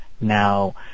Now